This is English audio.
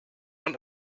want